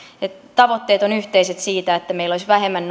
tavoitteet ovat yhteiset siitä että meillä olisi vähemmän